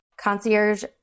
concierge